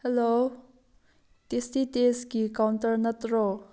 hello testing ꯇꯦꯁꯀꯤ counter ꯅꯠꯇ꯭ꯔꯣ